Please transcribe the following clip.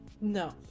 No